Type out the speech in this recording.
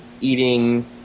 eating